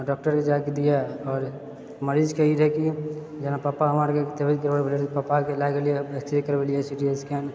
डॉक्टरके जाएके दिऐ आओर मरीजके ई रहै कि जेना पापा हमरा आरके तबियत गड़बड़ भेलै तऽ पापाके लए गेलियै एक्स रे करबेलियै सिटी स्कैन